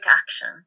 action